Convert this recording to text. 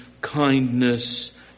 kindness